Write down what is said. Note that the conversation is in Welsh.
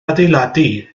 adeiladu